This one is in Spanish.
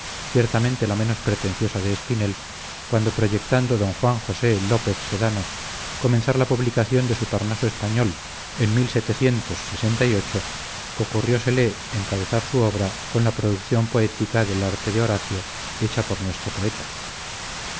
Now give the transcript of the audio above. ciertamente la menos pretenciosa de espinel cuando proyectando d juan josé lópez sedano comenzar la publicación de su parnaso español en ocurriósele encabezar su obra con la producción poética del arte de horacio hecha por nuestro poeta